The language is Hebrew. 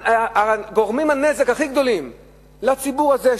גורמים נזק לציבור הזה,